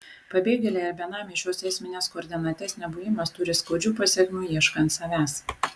pabėgėliui ar benamiui šios esminės koordinatės nebuvimas turi skaudžių pasekmių ieškant savęs